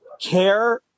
care